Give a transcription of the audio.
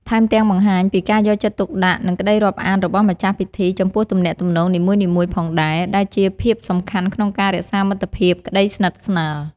ថែមទាំងបង្ហាញពីការយកចិត្តទុកដាក់ និងក្តីរាប់អានរបស់ម្ចាស់ពិធីចំពោះទំនាក់ទំនងនីមួយៗផងដែរ ដែលជាភាពសំខាន់ក្នុងការរក្សាមិត្តភាព ក្តីស្និទ្ធស្នាល ។